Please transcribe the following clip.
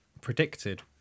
predicted